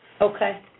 Okay